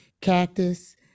cactus